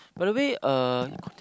by the way uh